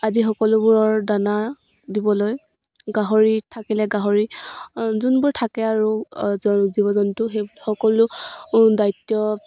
আদি সকলোবোৰৰ দানা দিবলৈ গাহৰি থাকিলে গাহৰি যোনবোৰ থাকে আৰু জ জীৱ জন্তু সেই সকলো দায়িত্ব